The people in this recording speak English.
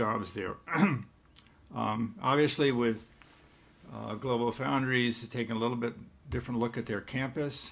jobs there obviously with global foundries to take a little bit different look at their campus